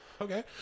Okay